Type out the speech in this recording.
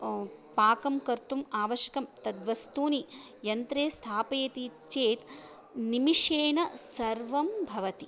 पाकं कर्तुम् आवश्यकं तद्वस्तूनि यन्त्रे स्थापयति चेत् निमिषेन सर्वं भवति